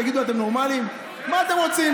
כן, בבקשה.